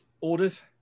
Orders